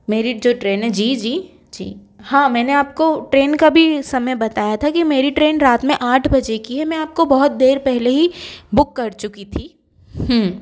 मेरी जो ट्रेन है जी जी जी हाँ मैंने आपको ट्रेन का भी समय बताया था कि मेरी ट्रेन रात में आठ बजे की है मैं आपको बहुत देर पहले ही बुक कर चुकी थी